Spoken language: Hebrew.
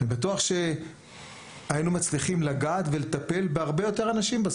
אני בטוח שהיינו מצליחים לגעת ולטפל בהרבה יותר אנשים.